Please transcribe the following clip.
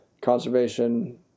conservation